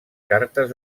cartes